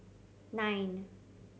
nine